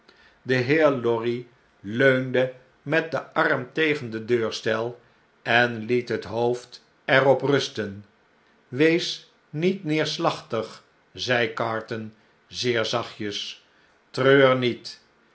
de heer lorry leunde met den arm tegen den deurstu'l en liet het hoofd er op rusten wees niet neerslachtig zei carton zeer zachtjes treur niet